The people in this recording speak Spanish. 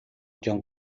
john